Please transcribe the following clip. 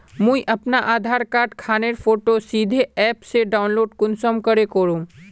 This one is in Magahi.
मुई अपना आधार कार्ड खानेर फोटो सीधे ऐप से डाउनलोड कुंसम करे करूम?